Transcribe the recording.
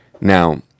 now